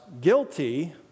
guilty